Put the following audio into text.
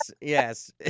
yes